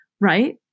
right